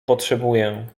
potrzebuję